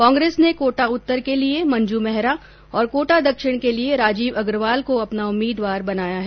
कांग्रेस ने कोटा उत्तर के लिए मंजू मेहरा और कोटा दक्षिण के लिये राजीव अग्रवाल को अपना उम्मीदवार बनाया है